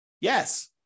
Yes